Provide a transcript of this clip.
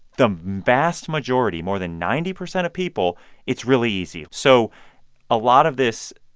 the vast majority, more than ninety percent of people it's really easy. so a lot of this,